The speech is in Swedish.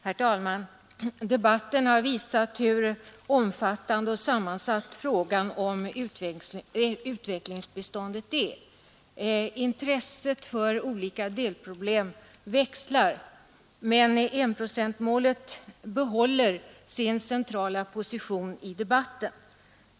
Herr talman! Debatten har visat hur omfattande och sammansatt frågan om utvecklingsbiståndet är. Intresset för olika delproblem växlar, men enprocentsmålet behåller sin centrala position i debatten.